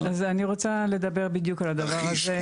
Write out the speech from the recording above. אז אני רוצה לדבר בדיוק על הדבר הזה,